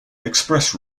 express